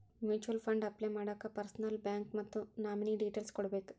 mutual fund apply ಮಾಡಾಕ ಪರ್ಸನಲ್ಲೂ bank ಮತ್ತ ನಾಮಿನೇ ಡೇಟೇಲ್ಸ್ ಕೋಡ್ಬೇಕ್